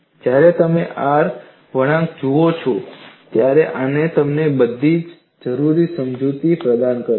જ્યારે તમે R વળાંક જુઓ છો ત્યારે આ તમને બધા જરૂરી સમજૂતી પ્રદાન કરે છે